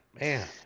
man